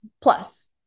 plus